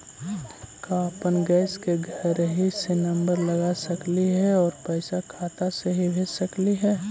का अपन गैस के घरही से नम्बर लगा सकली हे और पैसा खाता से ही भेज सकली हे?